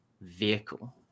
vehicle